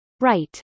right